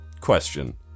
Question